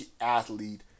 athlete